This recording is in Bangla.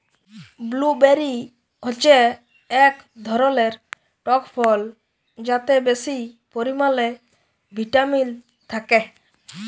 ব্লুবেরি হচ্যে এক ধরলের টক ফল যাতে বেশি পরিমালে ভিটামিল থাক্যে